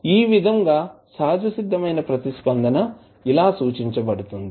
ఈ విధంగా సహజసిద్ధమైన ప్రతిస్పందన ఇలా సూచించబడుతుంది